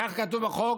כך כתוב בחוק,